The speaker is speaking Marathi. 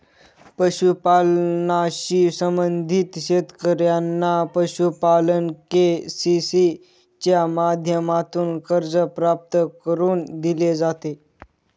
पशुपालनाशी संबंधित शेतकऱ्यांना पशुपालन के.सी.सी च्या माध्यमातून कर्ज प्राप्त करून दिले जाते